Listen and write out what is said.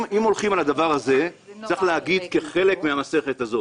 אם הולכים על הדבר הזה צריך להגיד כחלק מהמסכת הזו